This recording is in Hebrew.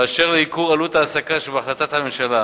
באשר לייקור עלות העסקה שבהחלטת הממשלה,